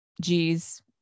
G's